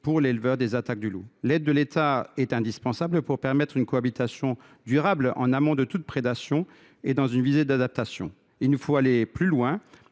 pour l’éleveur des attaques du loup. L’aide de l’État est indispensable pour permettre une cohabitation durable en amont de toute prédation et dans une visée d’adaptation. Il nous faut aller plus loin